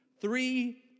three